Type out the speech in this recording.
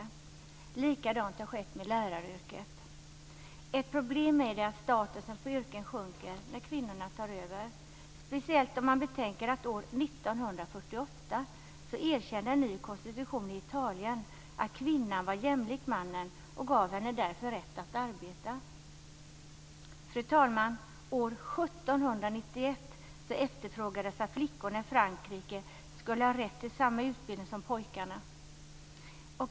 Samma sak har skett med läraryrket. Ett problem är att statusen på yrken sjunker när kvinnorna tar över, speciellt om man betänker att en ny konstitution i Italien år 1948 erkände att kvinnan var jämlik mannen och därför gav henne rätt att arbeta. Fru talman! År 1791 efterfrågades att flickorna i Frankrike skulle ha rätt till samma utbildning som pojkarna.